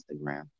Instagram